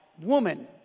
woman